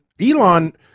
Elon